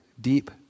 deep